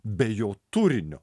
be jo turinio